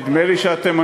מוטי,